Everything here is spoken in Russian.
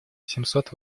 семьсот